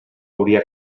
hauria